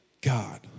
God